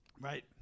Right